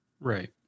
Right